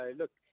look